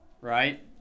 Right